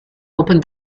opened